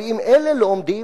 אבל אם אלה לא עומדים,